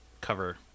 cover